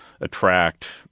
attract